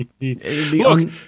Look